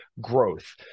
growth